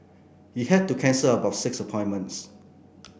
he had to cancel about six appointments